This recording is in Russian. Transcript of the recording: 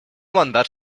мандат